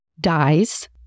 dies